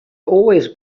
always